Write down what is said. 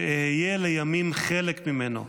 שאהיה לימים חלק ממנו.